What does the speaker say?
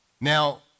Now